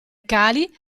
cali